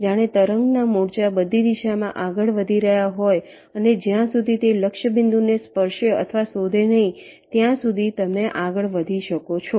જાણે તરંગના મોરચા બધી દિશામાં આગળ વધી રહ્યા હોય અને જ્યાં સુધી તે લક્ષ્ય બિંદુને સ્પર્શે અથવા શોધે નહીં ત્યાં સુધી તમે આગળ વધી શકો છો